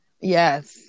Yes